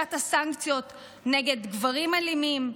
החלשת הסנקציות נגד גברים אלימים,